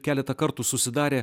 keletą kartų susidarė